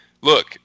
look